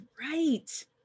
right